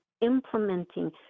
implementing